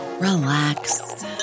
Relax